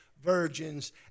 virgins